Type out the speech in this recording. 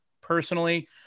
personally